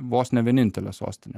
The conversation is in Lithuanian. vos ne vienintelė sostinė